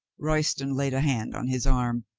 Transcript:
royston laid a hand on his arm.